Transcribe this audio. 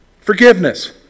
Forgiveness